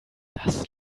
das